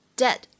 dead